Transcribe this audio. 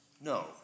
No